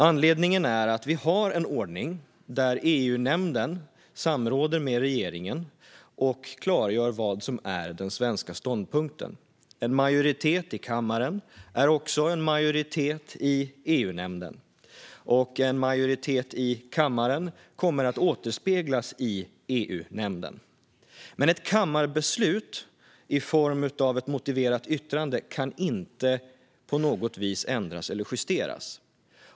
Anledningen är att vi har en ordning där EU-nämnden samråder med regeringen och klargör vad som är den svenska ståndpunkten. En majoritet i kammaren är också en majoritet i EU-nämnden, och en majoritet i kammaren kommer att återspeglas i EU-nämnden. Men ett kammarbeslut i form av ett motiverat yttrande kan inte på något vis ändras eller justeras.